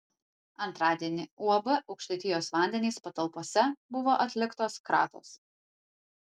antradienį uab aukštaitijos vandenys patalpose buvo atliktos kratos